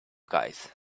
guys